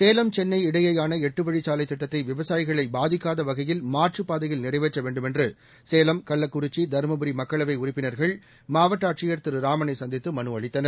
சேலம் சென்னை இடையேயான எட்டுவழி சாலைத் திட்டத்தை விவசாயிகளை பாதிக்காத வகையில் மாற்றுப்பதையில் நிறைவேற்ற வேண்டுமென்று சேலம் கள்ளக்குறிச்சி தருமபுரி மக்களவை உறுப்பினா்கள் மாவட்ட ஆட்சியர் திரு ராமனை சந்தித்து மனு அளித்தனர்